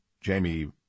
Jamie